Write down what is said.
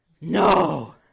no